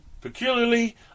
peculiarly